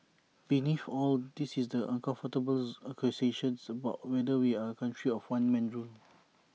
beneath all this is the uncomfortable accusation about whether we are A country of one man rule